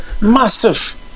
massive